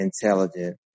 intelligent